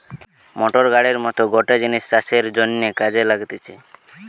motor গাড়ির মত গটে জিনিস চাষের জন্যে কাজে লাগতিছে